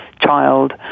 child